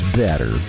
better